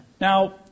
Now